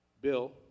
Bill